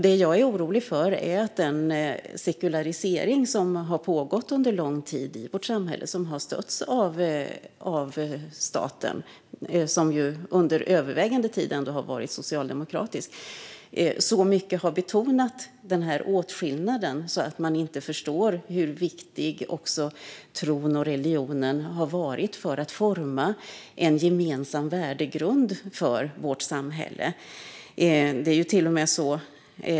Det jag är orolig för är att den sekularisering som har pågått i vårt samhälle under lång tid och som har stötts av staten - som ju under den övervägande delen av tiden har varit socialdemokratisk - har betonat denna åtskillnad så mycket att man inte förstår hur viktig också tron och religionen har varit för att forma en gemensam värdegrund för vårt samhälle.